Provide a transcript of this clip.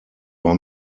war